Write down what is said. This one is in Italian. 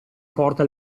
forte